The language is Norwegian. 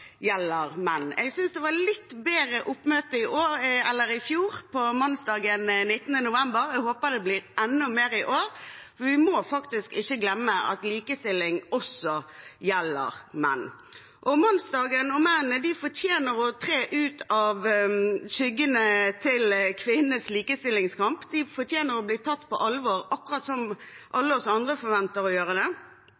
jeg kanskje mangler i dagens debatt. Jeg synes det var litt bedre oppmøte på mannsdagen 19. november i fjor, og jeg håper det blir enda bedre i år. Vi må ikke glemme at likestilling også gjelder menn. Mannsdagen og mennene fortjener å tre ut av skyggene til kvinnenes likestillingskamp. De fortjener å bli tatt på alvor, akkurat som